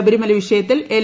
ശബരിമല്ല് വിഷയത്തിൽ എൽ